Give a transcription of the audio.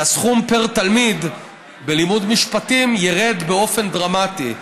שהסכום פר תלמיד בלימודי משפטים ירד באופן דרמטי.